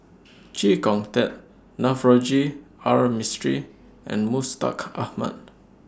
Chee Kong Tet Navroji R Mistri and Mustaq Ahmad